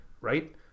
right